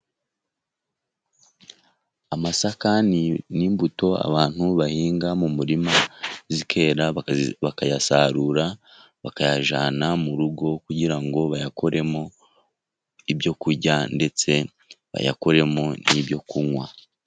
Amasaka ni imbuto abantu bahinga mu murima zikera bakayasarura, bakayajyana mu rugo kugira ngo bayakoremo ibyokurya ndetse bayakuremo n'ibyo kunywa.